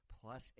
Plus